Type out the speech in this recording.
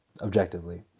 Objectively